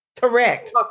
Correct